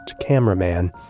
cameraman